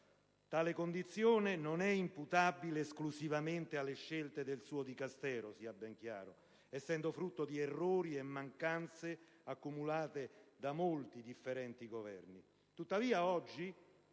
tale condizione non è imputabile esclusivamente alle scelte del suo Dicastero, essendo frutto di errori e mancanze accumulate da molti differenti Governi;